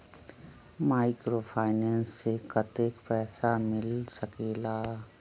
Microfinance से कतेक पैसा मिल सकले ला?